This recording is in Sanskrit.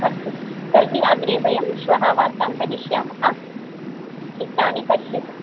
अस्तु तर्हि अग्रे वयं श्वः वार्तां करिष्यामः चित्राणि पश्यतु